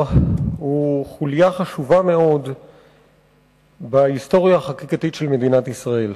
הוא חוליה קשה מאוד בהיסטוריה החקיקתית של מדינת ישראל.